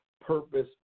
purpose